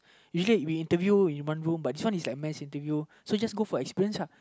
usually we interview in one room but this one is like mass interview so just go for experience lah